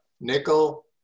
Nickel